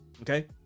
Okay